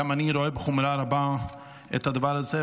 גם אני רואה בחומרה רבה את הדבר הזה,